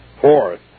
Fourth